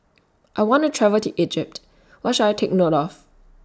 I want to travel to Egypt What should I Take note of